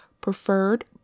preferred